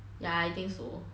ya I think so